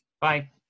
bye